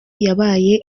yabaye